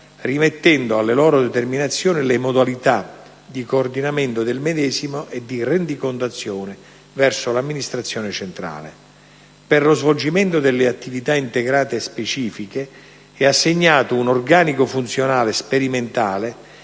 rimettendo alle loro determinazioni le modalità di coordinamento del medesimo e di rendicontazione verso l'amministrazione centrale. Per lo svolgimento delle attività integrate specifiche è assegnato un organico funzionale sperimentale